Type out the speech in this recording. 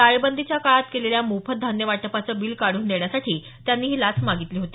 टाळेबंदीच्या काळात केलेल्या मोफत धान्य वाटपाचे बिल काढून देण्यासाठी त्यांनी ही लाच मागितली होती